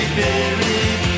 buried